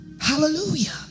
hallelujah